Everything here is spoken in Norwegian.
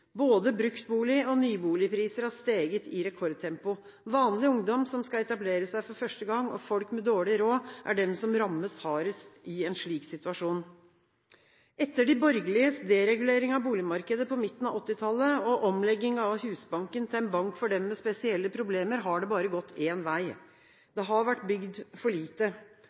Både bruktbolig- og nyboligpriser har steget i rekordtempo. Vanlig ungdom som skal etablere seg for første gang, og folk med dårlig råd, er de som rammes hardest i en slik situasjon. Etter de borgerliges deregulering av boligmarkedet på midten av 1980-tallet og omleggingen av Husbanken til en bank for dem med spesielle problemer, har det bare gått én vei: Det har vært bygd for lite.